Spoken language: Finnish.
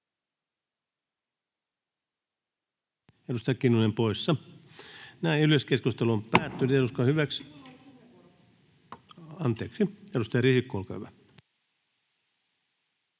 Edustaja Kinnunen poissa. Näin yleiskeskustelu on päättynyt... [Paula Risikko: Hei, mulla